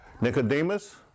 Nicodemus